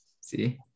see